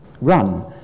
run